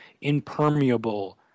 impermeable